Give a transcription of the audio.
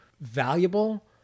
valuable